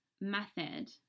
method